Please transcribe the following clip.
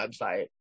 website